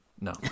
No